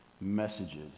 messages